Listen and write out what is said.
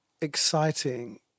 exciting